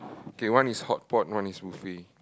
okay one is hotpot one is buffet